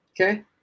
okay